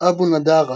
"أبو نضارة",